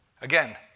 Again